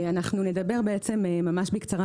אנחנו נדבר ממש בקצרה,